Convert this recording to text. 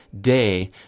day